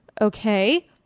Okay